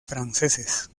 franceses